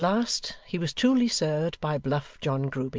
to the last, he was truly served by bluff john grueby.